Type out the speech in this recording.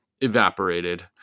evaporated